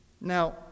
Now